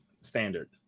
standard